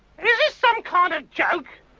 is this some kind of joke?